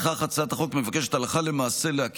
בכך הצעת החוק מבקשת הלכה למעשה להכיר